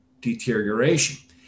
deterioration